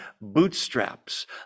bootstraps